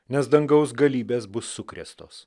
nes dangaus galybės bus sukrėstos